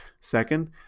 Second